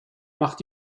macht